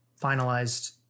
finalized